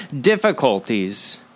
difficulties